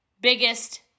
biggest